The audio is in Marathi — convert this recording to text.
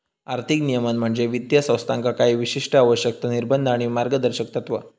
आर्थिक नियमन म्हणजे वित्तीय संस्थांका काही विशिष्ट आवश्यकता, निर्बंध आणि मार्गदर्शक तत्त्वा